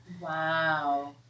Wow